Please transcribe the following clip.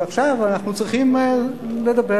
ועכשיו אנחנו צריכים לדבר,